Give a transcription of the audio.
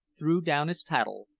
threw down his paddle,